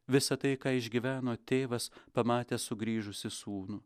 visa tai ką išgyveno tėvas pamatęs sugrįžusį sūnų